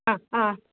ആ ആ